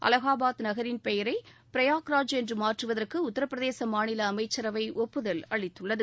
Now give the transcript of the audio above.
அலஹாபாத் நகரின் பெயரை பிரயாக்ராஜ் என்று மாற்றுவதற்கு உத்தரப்பிரதேச மாநில அமைச்சரவை ஒப்புதல் அளித்துள்ளது